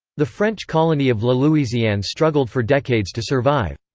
the french colony of la louisiane struggled for decades to survive.